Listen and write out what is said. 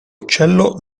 uccello